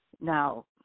Now